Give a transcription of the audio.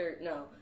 no